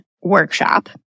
workshop